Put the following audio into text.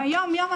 ביומיום,